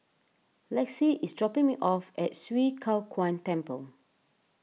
Lexi is dropping me off at Swee Kow Kuan Temple